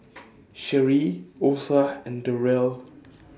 Sherie Osa and Derrell